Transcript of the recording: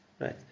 Right